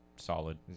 Solid